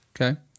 Okay